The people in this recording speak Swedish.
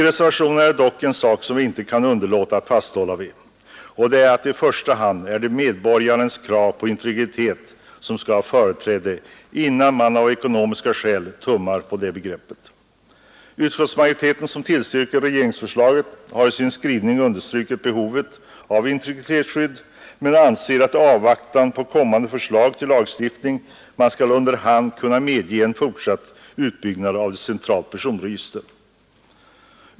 Det är dock en sak som vi inte kan underlåta att fasthålla vid, nämligen att det i första hand är medborgarnas krav på integritet som skall ha företräde och att man av ekonomiska skäl inte får tumma på det begreppet. Utskottsmajoriteten, som tillstyrker regeringsförslaget, har i sin skrivning understrukit behovet av integritetsskydd men anser att man i avvaktan på kommande förslag till lagstiftning under hand skall kunna medge en fortsatt utbyggnad av det centrala personregistret.